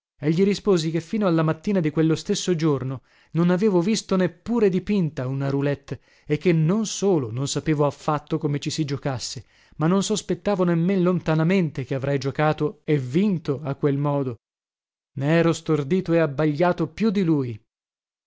e gli risposi che fino alla mattina di quello stesso giorno non avevo visto neppure dipinta una roulette e che non solo non sapevo affatto come ci si giocasse ma non sospettavo nemmen lontanamente che avrei giocato e vinto a quel modo ne ero stordito e abbagliato più di lui